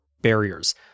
barriers